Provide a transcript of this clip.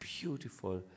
beautiful